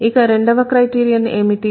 ఇక రెండవ క్రైటీరియన్ ఏమిటి